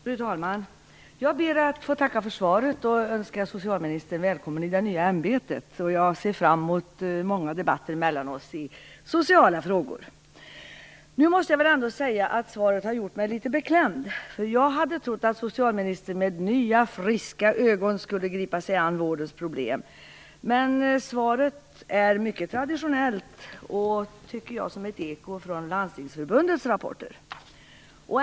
Fru talman! Jag ber att få tacka för svaret och önskar socialministern välkommen till sitt nya ämbete. Jag ser fram emot många debatter mellan oss om sociala frågor. Nu måste jag ändå säga att svaret har gjort mig litet beklämd, för jag hade trott att socialministern med nya friska ögon skulle gripa sig an vårdens problem. Men svaret är mycket traditionellt och, tycker jag, som ett eko från Landstingsförbundets rapporter.